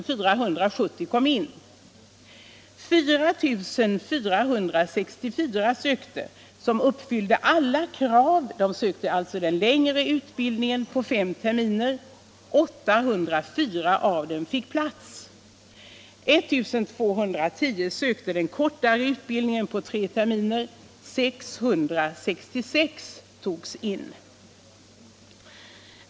4 464, som uppfyllde alla krav, sökte den längre utbildningen på fem 1 210 sökte den kortare utbildningen på tre terminer. 666 togs in.